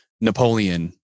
Napoleon